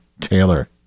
Taylor